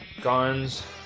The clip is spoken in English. guns